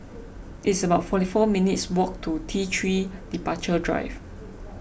it's about forty four minutes' walk to T three Departure Drive